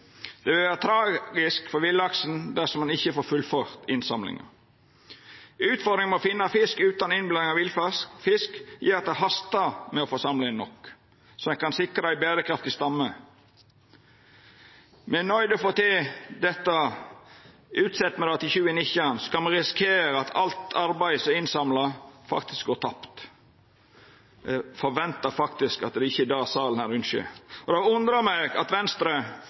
Det vil vera tragisk for villaksen dersom ein ikkje får fullført innsamlinga. Utfordringa med å finna fisk utan innblanding av oppdrettsfisk gjer at det hastar å få samla inn nok, slik at ein kan sikra ein berekraftig stamme. Me er nøydde til å få til dette. Utset me det til 2019, kan me risikera at alt arbeidet som er samla inn, går tapt. Eg forventar faktisk at det ikkje er det salen her ynskjer. Det undrar meg at Venstre,